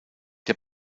der